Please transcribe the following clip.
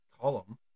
column